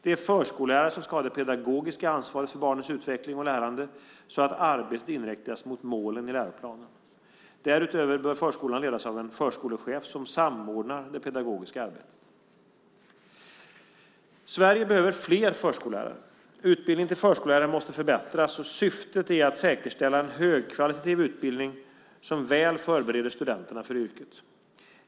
Det är förskollärare som ska ha det pedagogiska ansvaret för barnens utveckling och lärande, så att arbetet inriktas mot målen i läroplanen. Därutöver bör förskolan ledas av en förskolechef som samordnar det pedagogiska arbetet. Sverige behöver fler förskollärare. Utbildningen till förskollärare måste förbättras. Syftet är att säkerställa en högkvalitativ utbildning som väl förbereder studenterna för yrket.